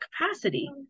capacity